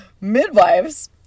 Midwives